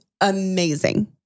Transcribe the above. amazing